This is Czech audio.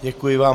Děkuji vám.